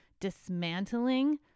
dismantling